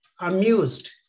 amused